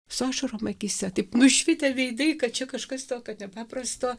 su ašarom akyse taip nušvitę veidai kad čia kažkas tokio nepaprasto